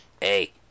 Hey